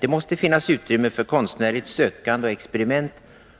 Det måste finnas utrymme för konstnärligt sökande och experiment